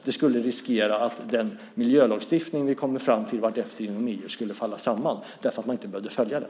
Det skulle riskera att den miljölagstiftning vi kommer fram till vartefter inom EU skulle falla samman därför att man inte behövde följa den.